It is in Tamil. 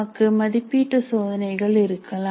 நமக்கு மதிப்பீட்டு சோதனைகள் இருக்கலாம்